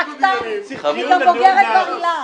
באמת, באמת, אני גם בוגרת בר אילן.